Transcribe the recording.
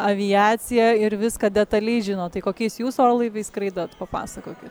aviacija ir viską detaliai žino tai kokiais jūs orlaiviais skraidot papasakokit